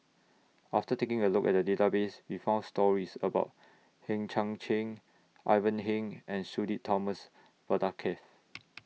after taking A Look At The Database We found stories about Hang Chang Chieh Ivan Heng and Sudhir Thomas Vadaketh